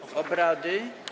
obrady.